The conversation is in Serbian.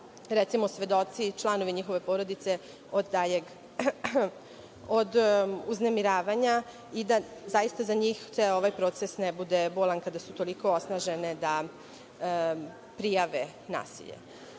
recimo, svedoci, članovi porodice od uznemiravanja i da zaista za njih ceo ovaj proces ne bude bolan, kada su toliko osnažene da prijave nasilje. Sledeći